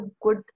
good